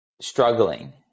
struggling